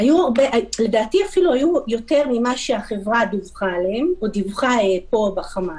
לדעתי אפילו היו יותר ממה שהחברה דיווחה פה בחמ"ל.